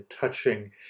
touching